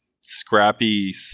scrappy